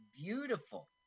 beautiful